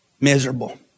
miserable